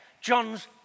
John's